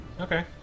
Okay